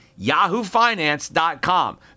yahoofinance.com